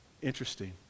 interesting